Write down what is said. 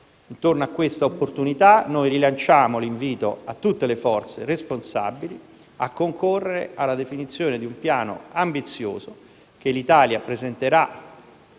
Intorno a questa opportunità noi rilanciamo l'invito a tutte le forze responsabili a concorrere alla definizione di un piano ambizioso che l'Italia intende